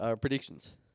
predictions